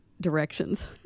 directions